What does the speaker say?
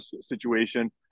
situation